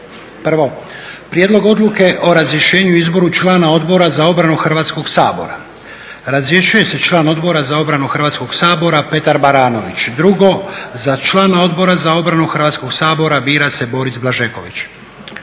1. prijedlog Odluke o razrješenju i izboru člana Odbora za obranu Hrvatskog sabora. - Razrješuje se član Odbora za obranu Hrvatskog sabora Petar Baranović. 2. za člana Odbora za obranu Hrvatskog sabora bira se Boris Blažeković.